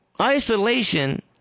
Isolation